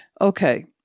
okay